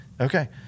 Okay